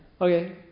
okay